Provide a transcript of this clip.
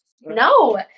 No